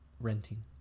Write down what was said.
renting